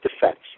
defense